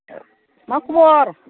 मा खबर